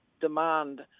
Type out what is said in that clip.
demand